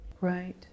right